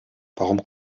warum